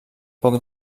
poc